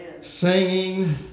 Singing